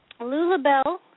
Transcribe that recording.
Lulabelle